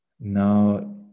Now